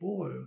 Boy